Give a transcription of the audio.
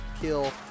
kill